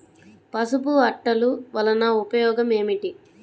పసుపు అట్టలు వలన ఉపయోగం ఏమిటి?